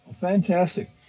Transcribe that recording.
Fantastic